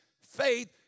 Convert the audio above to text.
faith